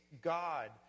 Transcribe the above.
God